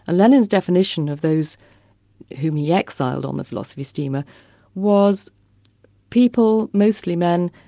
ah lenin's definition of those whom he exiled on the philosophy steamer was people, mostly men,